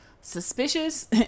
suspicious